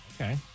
Okay